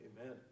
Amen